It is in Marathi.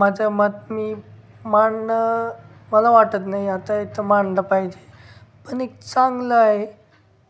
माझं मात मी मांडणं मला वाटत नाई आता इथं मांडलंं पाहिजे पन एक चांगलं आहे